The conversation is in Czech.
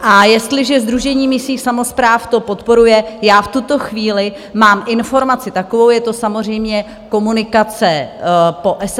A jestliže Sdružení místních samospráv to podporuje, v tuto chvíli mám informaci takovou, je to samozřejmě komunikace po SMS...